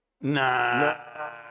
nah